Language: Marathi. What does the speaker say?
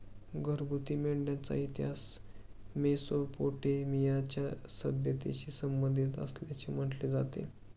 घरगुती मेंढ्यांचा इतिहास मेसोपोटेमियाच्या सभ्यतेशी संबंधित असल्याचे म्हटले जाते